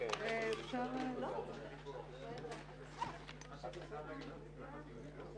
כנהוג, כרגיל בהצגת דו"ח מבקר המדינה.